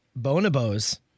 Bonobos